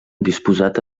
disposat